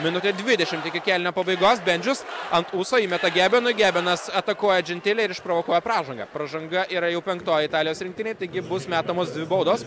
minutė dvidešimt iki kėlinio pabaigos bendžius ant ūso įmeta gebinui gebinas atakuoja džentilę ir išprovokuoja pražangą pražanga yra jau penktoji italijos rinktinei taigi bus metamos dvi baudos